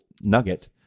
nugget